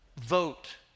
vote